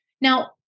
Now